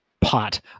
pot